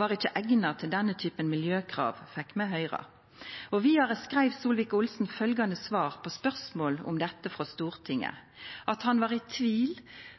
var ikkje eigna til denne typen miljøkrav, fekk vi høyra. Vidare skreiv Solvik-Olsen i svar på spørsmål om dette frå Stortinget at han var «i tvil